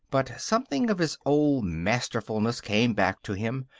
but something of his old masterfulness came back to him.